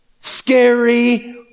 scary